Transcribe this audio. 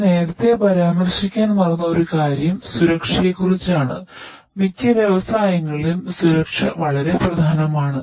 ഞാൻ നേരത്തെ പരാമർശിക്കാൻ മറന്ന ഒരു കാര്യം സുരക്ഷയെക്കുറിച്ചാണ് മിക്ക വ്യവസായങ്ങളിലും സുരക്ഷ വളരെ പ്രധാനമാണ്